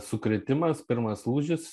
sukrėtimas pirmas lūžis